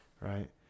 right